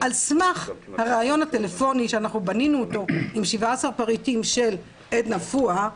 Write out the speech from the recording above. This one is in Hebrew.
על סמך הריאיון הטלפוני שבנינו אותו עם 17 פריטים של עדנה פועה,